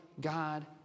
God